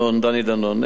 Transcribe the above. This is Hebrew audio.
דני דנון,